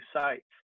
sites